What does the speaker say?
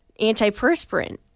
antiperspirant